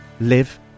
live